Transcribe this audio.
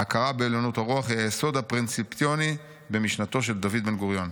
ההכרה בעליונות הרוח היא היסוד הפרינציפיוני במשנתו של ד' בן-גוריון.